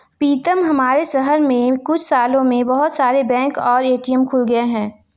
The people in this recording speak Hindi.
पीतम हमारे शहर में कुछ सालों में बहुत सारे बैंक और ए.टी.एम खुल गए हैं